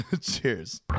Cheers